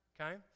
okay